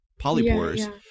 polypores